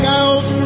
out